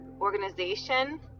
organization